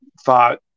thought